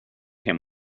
him